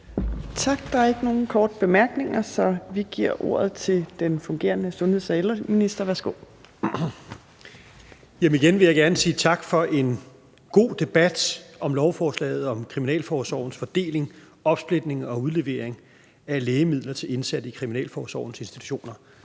Tak. Der er ikke nogen korte bemærkninger, så vi giver ordet til den fungerende sundheds- og ældreminister. Værsgo. Kl. 13:26 (Sundheds- og ældreministeren) Rasmus Prehn (fg.): Jeg vil igen gerne sige tak for en god debat om lovforslaget om kriminalforsorgens fordeling, opsplitning og udlevering af lægemidler til indsatte i kriminalforsorgens institutioner.